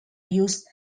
used